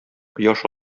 кояш